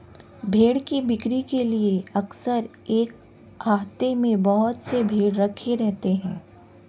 भेंड़ की बिक्री के लिए अक्सर एक आहते में बहुत से भेंड़ रखे रहते हैं